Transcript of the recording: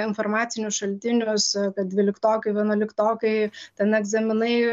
informacinius šaltinius kad dvyliktokai vienuoliktokai ten egzaminai